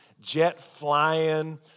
jet-flying